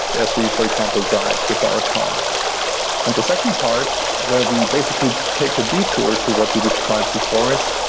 as we for example drive with our car and the second part where we basically take a detour to what you described before is,